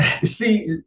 See